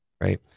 right